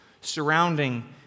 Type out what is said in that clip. surrounding